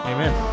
Amen